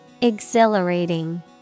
Exhilarating